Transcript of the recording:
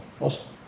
Awesome